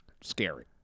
scary